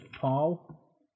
Paul